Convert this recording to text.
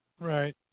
Right